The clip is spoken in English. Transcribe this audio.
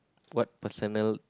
what personal